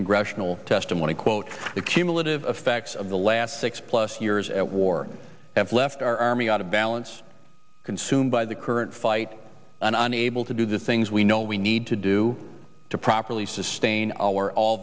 congressional testimony quote the cumulative effects of the last six plus years at war have left our army out of balance consumed by the current fight and unable to do the things we know we need to do to properly sustain o